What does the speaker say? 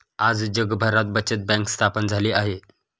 आज जगभरात बचत बँक स्थापन झाली आहे